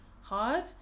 hard